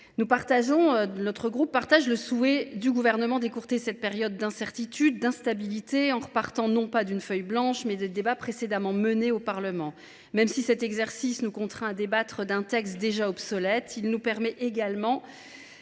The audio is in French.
Notre groupe partage le souhait du Gouvernement d’écourter cette période d’incertitude et d’instabilité en repartant non pas d’une feuille blanche, mais des débats précédemment menés au Parlement. Même si cet exercice nous contraint à discuter d’un texte déjà obsolète, il nous permet également,